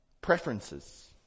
Preferences